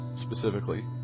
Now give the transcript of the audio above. specifically